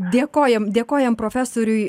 dėkojame dėkojam profesoriui